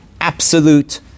absolute